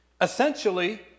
Essentially